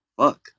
Fuck